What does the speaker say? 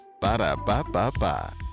Ba-da-ba-ba-ba